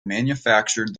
manufactured